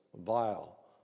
vile